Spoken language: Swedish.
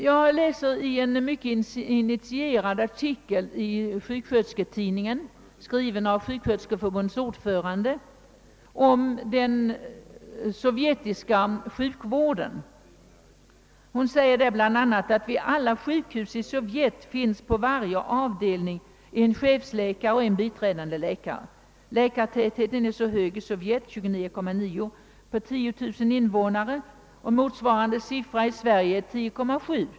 Jag har läst en mycket initierad artikel i Sjukskötersketidningen, skriven av Sjuksköterskeförbundets ordförande, om den sovjetiska sjukvården. Där står bl.a. att vid alla sjukhus i Sovjet finns på varje avdelning en chefsläkare och en biträdande läkare. Läkartätheten är hög i Sovjet — 29,9 läkare på 10 000 invånare. Motsvarande siffra i Sverige är 10,7.